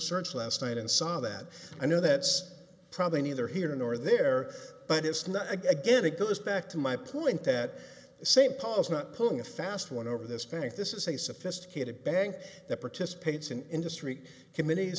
search last night and saw that i know that's probably neither here nor there but it's not again it goes back to my point that st paul is not pulling a fast one over this bank this is a sophisticated bank that participates in industry